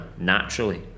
naturally